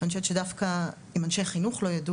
אני חושבת שדווקא אם אנשי חינוך לא ידעו